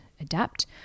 adapt